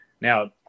Now